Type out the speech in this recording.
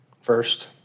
first